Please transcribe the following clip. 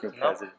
no